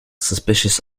suspicious